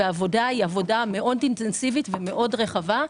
העבודה מאוד אינטנסיבית ומאוד רחבה,